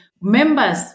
members